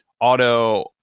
auto